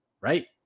right